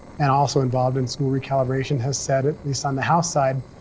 and also involved in school re-calibration, has said, at least on the house side,